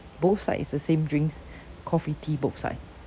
both side is the same drinks coffee tea both side